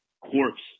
corpse